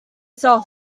sell